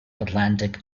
atlantic